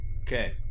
Okay